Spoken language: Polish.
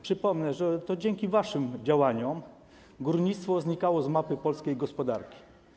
Przypomnę, że to dzięki waszym działaniom górnictwo znikało z mapy polskiej gospodarki.